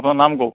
আপোনাৰ নাম কওক